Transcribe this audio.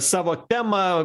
savo temą